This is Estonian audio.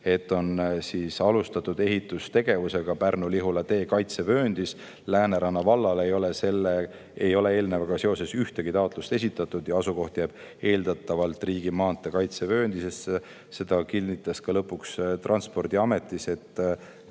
et on alustatud ehitustegevust Pärnu-Lihula tee kaitsevööndis, Lääneranna vallale ei ole eelnevaga seoses ühtegi taotlust esitatud ja asukoht jääb eeldatavalt riigimaantee kaitsevööndisse. Lõpuks kinnitas ka Transpordiamet, et